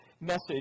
message